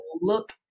look